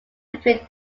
between